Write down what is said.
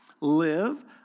live